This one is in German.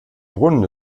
brunnen